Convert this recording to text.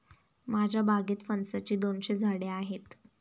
माझ्या बागेत फणसाची दोनशे झाडे आहेत